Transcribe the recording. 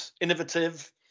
innovative